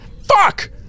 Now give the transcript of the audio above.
Fuck